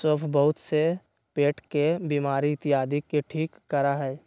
सौंफ बहुत से पेट के बीमारी इत्यादि के ठीक करा हई